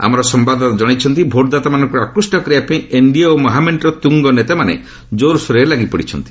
ଆମର ସମ୍ଘାଦଦାତା ଜଣାଇଛନ୍ତି ଭୋଟଦାତାମାନଙ୍କୁ ଆକୃଷ୍ଟ କରିବାପାଇଁ ଏନ୍ଡିଏ ଓ ମହାମେଣ୍ଟର ତୁଙ୍ଗନେତାମାନେ ଜୋର୍ସୋର୍ରେ ଲାଗିପଡ଼ିଛନ୍ତି